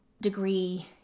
degree